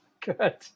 Good